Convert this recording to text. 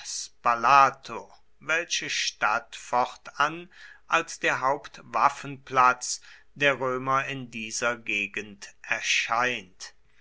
welche stadt fortan als der hauptwaffenplatz der römer in dieser gegend erscheint